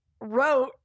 wrote